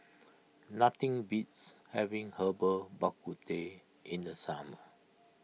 nothing beats having Herbal Bak Ku Teh in the summer